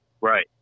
right